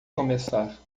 começar